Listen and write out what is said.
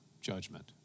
judgment